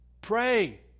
Pray